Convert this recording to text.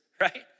right